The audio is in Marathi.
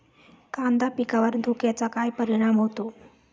कांदा पिकावर धुक्याचा काय परिणाम होतो?